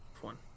one